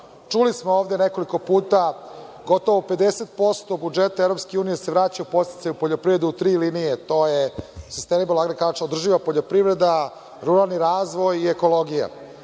Čuli smo ovde nekoliko puta, gotovo 50% budžeta EU se vraća u podsticaje u poljoprivredu u tri linije, a to je: održiva poljoprivreda, ruralni razvoj i ekologija.